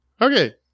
okay